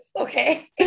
okay